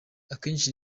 akenshi